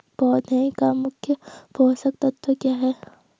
पौधें का मुख्य पोषक तत्व क्या है?